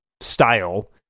style